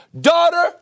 Daughter